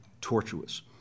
tortuous